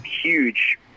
huge